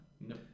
No